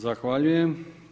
Zahvaljujem.